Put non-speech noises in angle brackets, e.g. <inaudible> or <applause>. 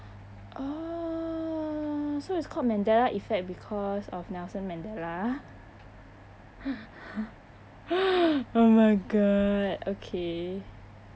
oh so it's called mandela effect because of nelson mandela <laughs> oh my god okay